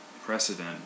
precedent